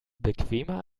bequemer